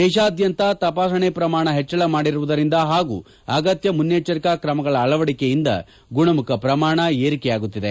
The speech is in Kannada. ದೇಶಾದ್ಯಂತ ತಮಾಸಣೆ ಪ್ರಮಾಣ ಹೆಚ್ಚಳ ಮಾಡಿರುವುದರಿಂದ ಹಾಗೂ ಅಗತ್ಯ ಮುನ್ನೆಚ್ಚರಿಕೆ ಕ್ರಮಗಳ ಅಳವಡಿಕೆಯಿಂದ ಗುಣಮುಖ ಪ್ರಮಾಣ ಏರಿಕೆಯಾಗುತ್ತಿದೆ